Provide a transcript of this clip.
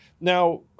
now